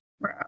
Wow